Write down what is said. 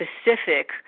specific